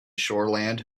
shoreland